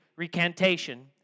Recantation